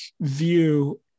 view